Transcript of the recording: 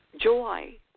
joy